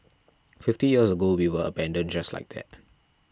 fifty years ago we were abandoned just like that